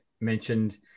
mentioned